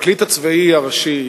הפרקליט הצבאי הראשי,